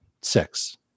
Six